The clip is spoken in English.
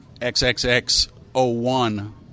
XXX01